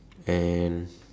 and